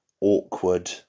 awkward